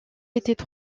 étaient